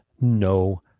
no